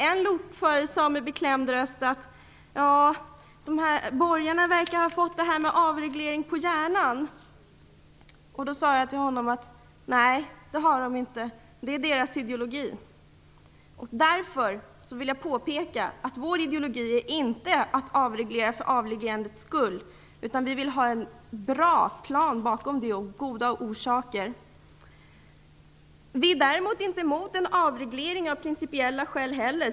En lokförare sade med beklämd röst: "Ja, borgarna verkar ha fått det här med avreglering på hjärnan." Då svarade jag honom: "Nej, det har de inte. Det är deras ideologi." Därför vill jag påpeka att vår ideologi är inte att avreglera för avreglerandets skull. Vi vill ha en bra plan bakom och goda anledningar. Vi är däremot av principiella skäl inte heller emot en avreglering.